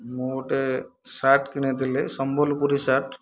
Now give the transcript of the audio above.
ମୁଁ ଗୋଟେ ସାର୍ଟ କିଣିଥିଲି ସମ୍ବଲପୁରୀ ସାର୍ଟ